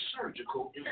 surgical